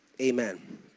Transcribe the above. amen